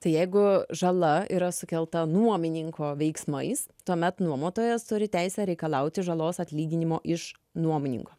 tai jeigu žala yra sukelta nuomininko veiksmais tuomet nuomotojas turi teisę reikalauti žalos atlyginimo iš nuomininko